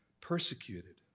persecuted